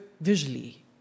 visually